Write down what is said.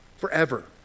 Forever